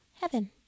Heaven